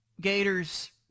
Gator's